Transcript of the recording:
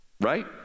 Right